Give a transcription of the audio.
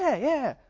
yeah!